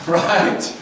right